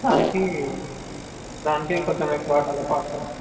దానికి దానికి కొంచెం ఎక్కువ కట్టాలి పార్సల్ అంటే